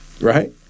right